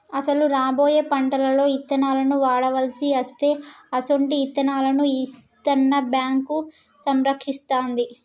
అసలు రాబోయే పంటలలో ఇత్తనాలను వాడవలసి అస్తే అసొంటి ఇత్తనాలను ఇత్తన్న బేంకు సంరక్షిస్తాది